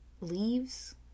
leaves